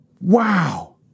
Wow